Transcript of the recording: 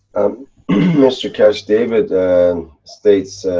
mr keshe, david states,